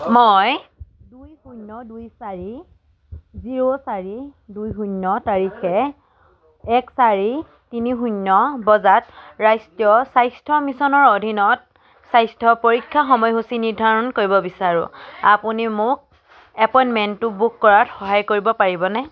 মই ন দুই চাৰি জিৰ' চাৰি দুই শূন্য তাৰিখে এক চাৰি তিনি শূন্য বজাত ৰাষ্ট্ৰীয় স্বাস্থ্য মিছনৰ অধীনত স্বাস্থ্য পৰীক্ষাৰ সময়সূচী নিৰ্ধাৰণ কৰিব বিচাৰোঁ আপুনি মোক এপইণ্টমেণ্টটো বুক কৰাত সহায় কৰিব পাৰিবনে